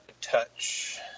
touch